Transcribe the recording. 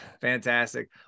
Fantastic